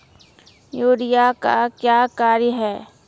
Urea का क्या कार्य हैं?